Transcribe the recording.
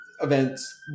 events